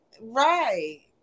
Right